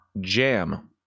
jam